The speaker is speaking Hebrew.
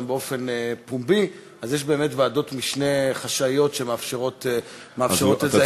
באופן פומבי אז יש באמת ועדות משנה חשאיות שמאפשרות את זה,